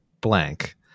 blank